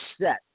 set